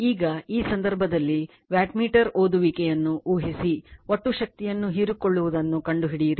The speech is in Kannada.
ಈಗ ಈ ಸಂದರ್ಭದಲ್ಲಿ ವ್ಯಾಟ್ಮೀಟರ್ ಓದುವಿಕೆ ಯನ್ನುಊಹಿಸಿ ಒಟ್ಟು ಶಕ್ತಿಯನ್ನು ಹೀರಿಕೊಳ್ಳುವದನ್ನು ಕಂಡುಹಿಡಿಯಿರಿ